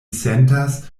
sentas